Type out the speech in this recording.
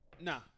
Nah